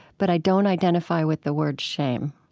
but i don't identify with the word shame.